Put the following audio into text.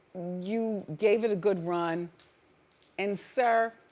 you gave it a good run and sir,